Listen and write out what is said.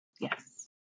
Yes